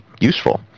useful